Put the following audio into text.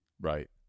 Right